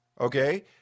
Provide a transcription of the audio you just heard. okay